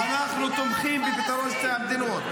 אנחנו תומכים בפתרון שתי המדינות.